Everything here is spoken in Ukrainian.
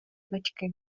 батьки